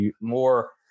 more